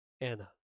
Anna